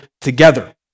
together